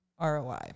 ROI